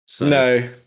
No